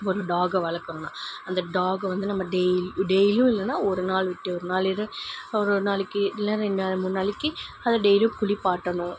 ஒரு டாக்கை வளர்க்குணுன்னா அந்த டாக்கை வந்து நம்ம டெய்ல் டெய்லியும் இல்லைனா ஒரு நாள் விட்டு ஒரு நாள் இல்லை ஒரு நாளைக்கு இல்லை ரெண்டு நாள் மூண் நாளைக்கு அதை டெய்லியும் குளிப்பாட்டணும்